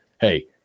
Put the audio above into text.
hey